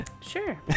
Sure